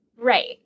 Right